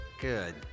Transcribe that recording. Good